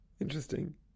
interesting